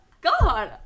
God